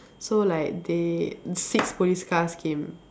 so like they six police cars came